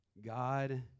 God